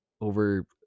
over